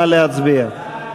נא להצביע.